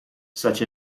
such